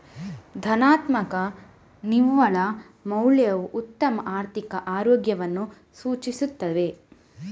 ಧನಾತ್ಮಕ ನಿವ್ವಳ ಮೌಲ್ಯವು ಉತ್ತಮ ಆರ್ಥಿಕ ಆರೋಗ್ಯವನ್ನು ಸೂಚಿಸುತ್ತದೆ